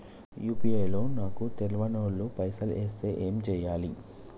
UPI లో నాకు తెల్వనోళ్లు పైసల్ ఎస్తే ఏం చేయాలి?